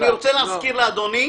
תודה.